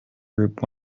group